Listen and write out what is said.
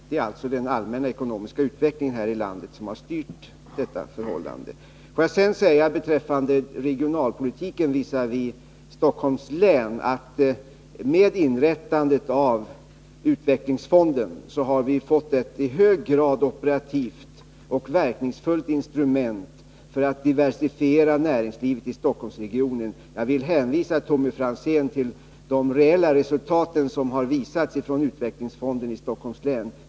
Det är alltså den allmänna ekonomiska utvecklingen här i landet som styrt detta förhållande. Låt mig sedan säga beträffande regionalpolitiken när det gäller Stockholms län att vi med inrättandet av utvecklingsfonden har fått ett i hög grad operativt och verkningsfullt instrument för att diversifiera näringslivet i Stockholmsregionen. Jag vill hänvisa till de reella resultat som har visats från utvecklingsfonden i Stockholms län.